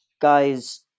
Guy's